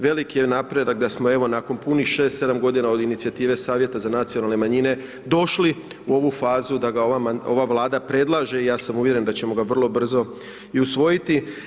Velik je napredak da smo evo, nakon punih 6, 7 g. od inicijative savjeta za nacionalne manjine došli u ovu fazu, da ga ova vlada predlaže i ja sam uvjeren da ćemo ga vrlo brzo i usvojiti.